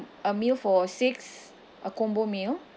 a meal for six a combo meal